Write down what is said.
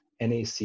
NAC